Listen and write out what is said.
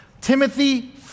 Timothy